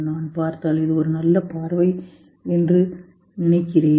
நான் பார்த்ததால் இது ஒரு நல்ல பார்வை என்று நினைக்கிறேன்